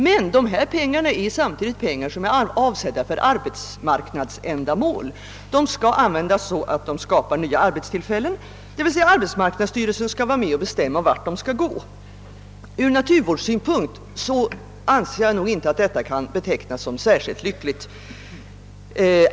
Men de pengarna är samtidigt avsedda för arbetsmarknadsändamål. De skall användas så att de skapar nya arbetstillfällen, d. v. s. arbetsmarknadsstyrelsen skall vara med och bestämma vart de skall gå. Från naturvårdssynpunkt anser jag att detta inte kan betecknas som särskilt lyckligt.